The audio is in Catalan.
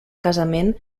casament